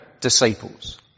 disciples